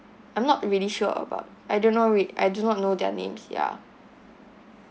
I'm not really sure about I do not read I do not know their names ya